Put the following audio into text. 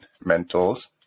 mentors